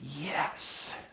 yes